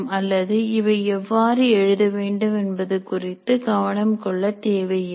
அல்லது இதை எவ்வாறு எழுத வேண்டும் என்பது குறித்து கவனம் கொள்ளத் தேவையில்லை